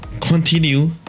Continue